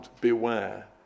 beware